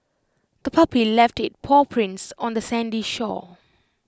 the puppy left its paw prints on the sandy shore